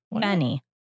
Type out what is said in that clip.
benny